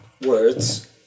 words